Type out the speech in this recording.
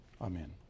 Amen